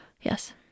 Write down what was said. Yes